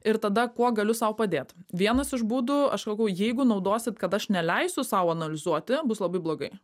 ir tada kuo galiu sau padėt vienas iš būdų aš sakau jeigu naudosit kad aš neleisiu sau analizuoti bus labai blogai